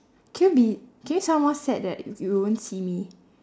can you be can you sound more sad that if you won't see me